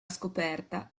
scoperta